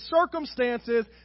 circumstances